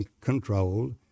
control